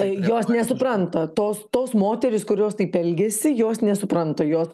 jos nesupranta tos tos moterys kurios taip elgiasi jos nesupranta jo